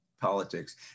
politics